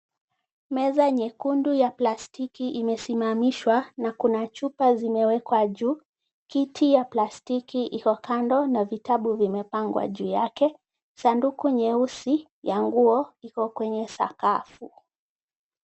Meza nyekundu ya plastiki imesimamishwa na kuna chupa zimewekwa juu. Kiti ya plastiki iko kando na vitabu vimepangwa juu yake. Sanduku nyeusi ya nguo iko kwenye sakafu.